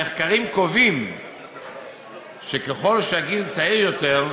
המחקרים קובעים שככל שהגיל צעיר יותר,